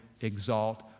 exalt